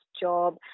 job